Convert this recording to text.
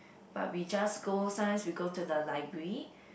but we just go sometimes we go to the library